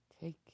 Take